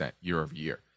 year-over-year